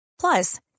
Plus